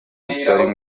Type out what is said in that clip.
bitari